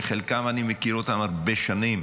שאת חלקם אני מכיר הרבה שנים,